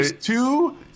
two